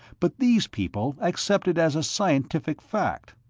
but these people accept it as a scientific fact.